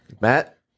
Matt